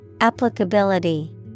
Applicability